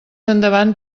endavant